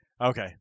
Okay